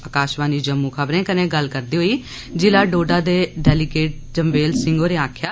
आकाशवाणी जम्मू खबरें कन्नै गल्ल करदे होई जिला डोडा दे डेलीगेट चंवेल सिंह होरें आक्खेआ